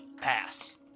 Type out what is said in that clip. Pass